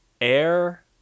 air